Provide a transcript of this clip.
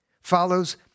follows